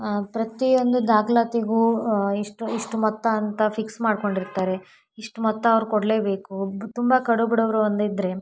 ಪ್ರತಿಯೊಂದು ದಾಖಲಾತಿಗೂ ಇಷ್ಟು ಇಷ್ಟು ಮೊತ್ತ ಅಂತ ಫಿಕ್ಸ್ ಮಾಡಿಕೊಂಡಿರ್ತಾರೆ ಇಷ್ಟು ಮೊತ್ತ ಅವ್ರು ಕೊಡಲೇಬೇಕು ತುಂಬ ಕಡು ಬಡವರು ಒಂದು ಇದ್ದರೆ